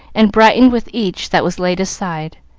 and brightened with each that was laid aside.